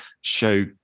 show